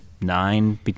nine